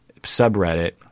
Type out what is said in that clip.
subreddit